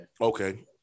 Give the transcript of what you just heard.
Okay